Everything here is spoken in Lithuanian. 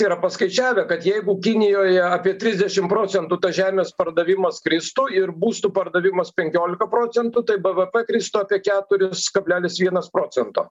yra paskaičiavę kad jeigu kinijoje apie trisdešim procentų tas žemės pardavimas kristų ir būstų pardavimas penkiolika procentų tai bvp kristų apie keturis kablelis vienas procento